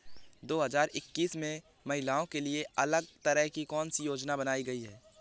दो हजार इक्कीस में महिलाओं के लिए अलग तरह की कौन सी योजना बनाई गई है?